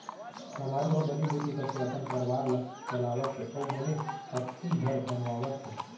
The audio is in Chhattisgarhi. समारू ह बनीभूती करके अपन परवार ल चलावत हे अउ बने पक्की घर बनवावत हे